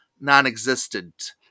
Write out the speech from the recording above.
non-existent